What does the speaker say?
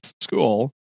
school